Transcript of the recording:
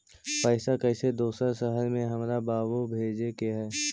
पैसा कैसै दोसर शहर हमरा बाबू भेजे के है?